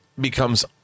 becomes